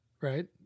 right